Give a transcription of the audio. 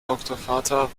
doktorvater